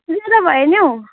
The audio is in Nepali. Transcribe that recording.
ज्यादा भयो नि हौ